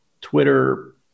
Twitter